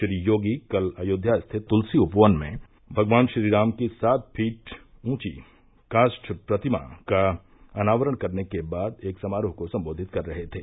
श्री योगी कल अयोध्या स्थित तुलसी उपवन में भगवान श्रीराम की सात फीट ऊँची काष्ठ प्रतिमा का अनावरण करने के बाद एक समारोह को संबोधित कर रहे थे